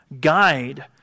guide